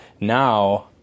now